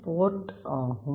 board ஆகும்